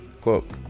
Quote